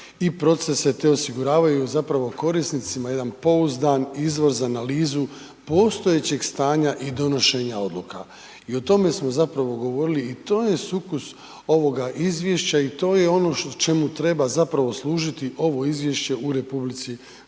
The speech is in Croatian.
i procese te osiguravaju zapravo korisnicima jedan pouzdan izvoz, analizu postojećeg stanja i donošenja odluka, i o tome smo zapravo govorili i to je sukus ovoga Izvješća, i to je ono čemu treba zapravo služiti ovo Izvješće u Republici Hrvatskoj.